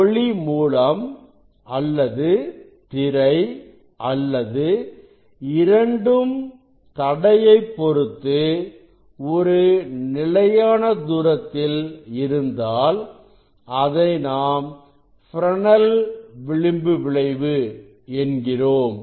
ஒளி மூலம் அல்லது திரை அல்லது இரண்டும் தடையை பொருத்து ஒரு நிலையான தூரத்தில் இருந்தால் அதை நாம் ஃப்ரெனெல் விளிம்பு விளைவு என்கிறோம்